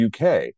UK